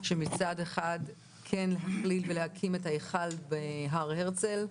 שמצד אחד כן להפעיל ולהקים את ההיכל בהר הרצל,